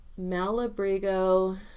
Malabrigo